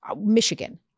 Michigan